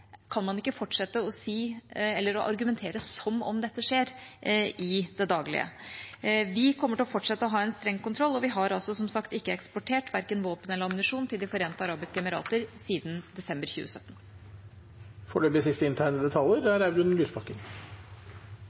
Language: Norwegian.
kan man ikke fortsette å argumentere som om dette skjer i det daglige. Vi kommer til å fortsette å ha en streng kontroll, og vi har som sagt ikke eksportert verken våpen eller ammunisjon til De forente arabiske emirater siden desember 2017.